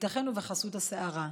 ייתכן שבחסות הסערה.